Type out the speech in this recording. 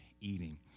eating